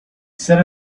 set